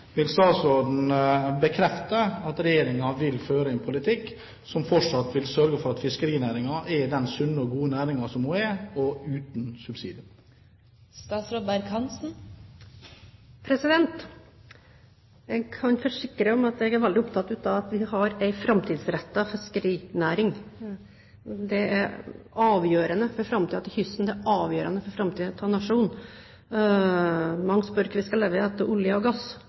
Vil statsråden bekrefte at Regjeringen vil føre en politikk som fortsatt vil sørge for at fiskerinæringen er den sunne og gode næringen som den er, og uten subsidier? Jeg kan forsikre om at jeg er veldig opptatt av at vi skal ha en framtidsrettet fiskerinæring. Det er avgjørende for framtiden til kysten, det er avgjørende for framtiden til nasjonen. Mange spør om hva vi skal leve av etter olje og gass.